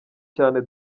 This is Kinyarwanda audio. cyane